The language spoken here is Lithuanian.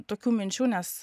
tokių minčių nes